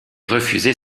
refuser